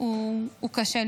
הוא קשה.